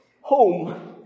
home